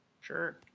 Sure